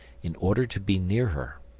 in order to be near her.